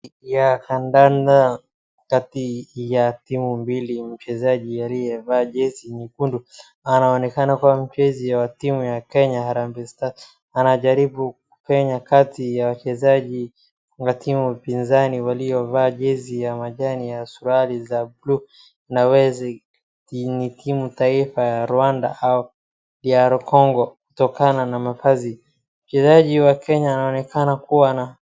Ya kandanda kati ya timu mbili, mchezaji aliyevaa jezi nyekundu anaonekana kuwa mchezi wa timu ya Kenya Harambee Stars anajaribu kupenya kati ya wachezaji wa timu pinzani waliovaa jezi ya manjano na suruali za blue na huweza ni timu taifa ya Rwanda au DR congo kutokana na mavazi, mchezaji wa Kenya anaonekana kuwa na.